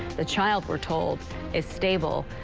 the child we're told is stable.